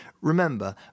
Remember